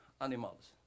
animals